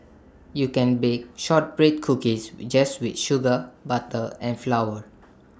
you can bake Shortbread Cookies just with sugar butter and flour